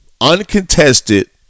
uncontested